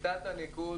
שיטת הניקוד